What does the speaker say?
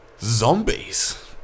Zombies